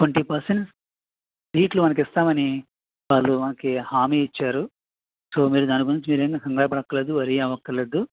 twenty percent సీట్లు మనకి ఇస్తామని వాళ్ళు మనకి హామీ ఇచ్చారు సో మీరు దాని గురించి మీరు ఏమి కంగారు పడక్కర లేదు వర్రీ అవ్వక్కర లేదు